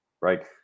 right